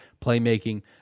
playmaking